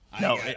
No